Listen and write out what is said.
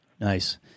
Nice